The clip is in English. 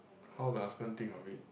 how the husband think of it